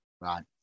Right